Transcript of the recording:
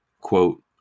quote